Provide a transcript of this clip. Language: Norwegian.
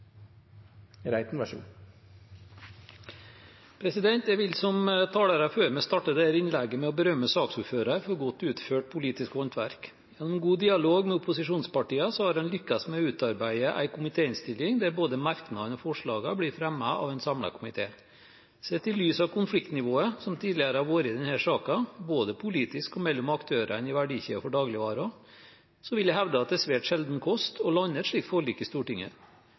Jeg vil, som talere før meg, starte dette innlegget med å berømme saksordføreren for godt utført politisk håndverk. Gjennom god dialog med opposisjonspartiene har man lyktes med å utarbeide en komitéinnstilling der både merknadene og forslagene blir fremmet av en samlet komité. Sett i lys av konfliktnivået som tidligere har vært i denne saken, både politisk og mellom aktørene i verdikjeden for dagligvarer, vil jeg hevde at det er svært sjelden kost å lande et slikt forlik i Stortinget.